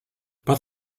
but